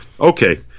Okay